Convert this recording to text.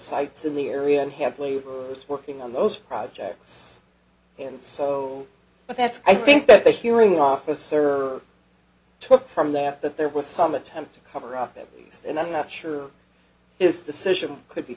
sites in the area and had laborers working on those projects and so but that's i think that the hearing officer took from that that there was some attempt to cover up and i'm not sure this decision could be